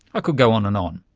could go on and on.